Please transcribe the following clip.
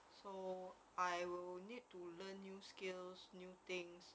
so I will need to learn new skills new things